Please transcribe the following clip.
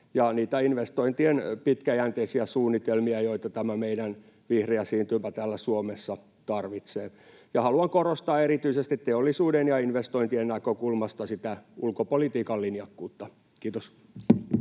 ja niitä investointien pitkäjänteisiä suunnitelmia, joita tämä meidän vihreä siirtymä täällä Suomessa tarvitsee. Haluan korostaa erityisesti teollisuuden ja investointien näkökulmasta ulkopolitiikan linjakkuutta. — Kiitos.